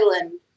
Island